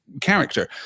character